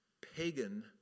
pagan